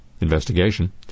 investigation